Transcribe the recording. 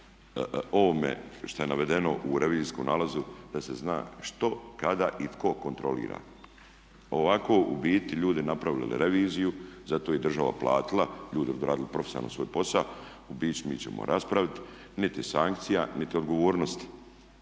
ovome što je navedeno u revizijskom nalazu da se zna što, kada i tko kontrolira. Ovako u biti ljudi su napravili reviziju, zato ih je država platila, ljudi su odradili profesionalno svoj posao, mi ćemo raspraviti niti sankcija niti odgovornosti.